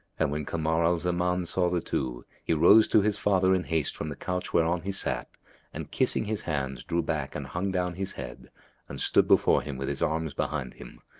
and when kamar al-zaman saw the two, he rose to his father in haste from the couch whereon he sat and kissing his hands drew back and hung down his head and stood before him with his arms behind him,